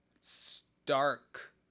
stark